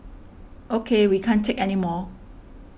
O K we can't take anymore